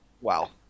wow